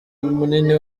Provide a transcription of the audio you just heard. munini